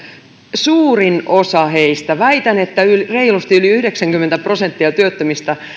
suurin osa heistä väitän että reilusti yli yhdeksänkymmentä prosenttia työttömistä